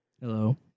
Hello